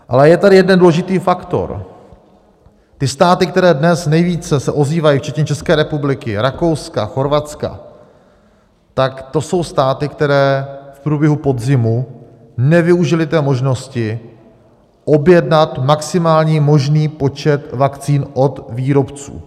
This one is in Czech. Ale je tady jeden důležitý faktor: Ty státy, které se dnes nejvíce ozývají, včetně České republiky, Rakouska, Chorvatska, tak to jsou státy, které v průběhu podzimu nevyužily možnosti objednat maximální možný počet vakcín od výrobců.